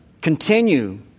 continue